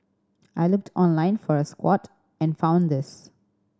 I looked online for a squat and found this